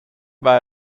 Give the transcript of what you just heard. war